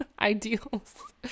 ideals